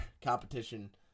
competition